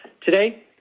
Today